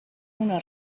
una